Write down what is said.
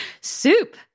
Soup